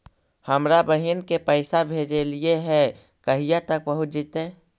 हमरा बहिन के पैसा भेजेलियै है कहिया तक पहुँच जैतै?